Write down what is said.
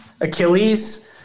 Achilles